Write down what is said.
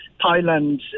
Thailand